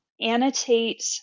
Annotate